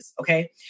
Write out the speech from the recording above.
okay